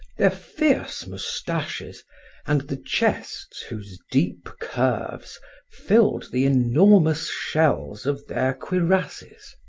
their fierce moustaches and the chests whose deep curves filled the enormous shells of their cuirasses.